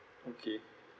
okay